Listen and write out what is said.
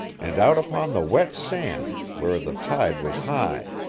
and out upon the wet sand, where the tide was high.